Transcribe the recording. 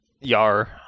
Yar